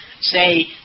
say